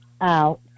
out